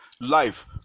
life